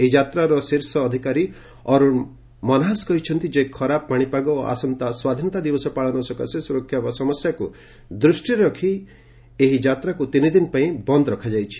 ଏହି ଯାତ୍ରାର ଶୀର୍ଷ ଅଧିକାରୀ ଅରୁଣ ମନହାସ୍ କହିଛନ୍ତି ଯେ ଖରାପ ପାଣିପାଗ ଓ ଆସନ୍ତା ସ୍ୱାଧୀନତା ଦିବସ ପାଳନ ସକାଶେ ସୁରକ୍ଷା ସମସ୍ୟାକୁ ଦୂଷ୍ଟିରେ ରଖି ଯାତ୍ରାକୁ ତିନି ଦିନ ପାଇଁ ବନ୍ଦ ରଖାଯାଇଛି